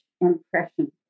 impression